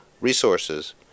resources